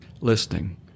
Listening